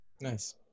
Nice